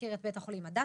הזכיר את בית החולים הדסה,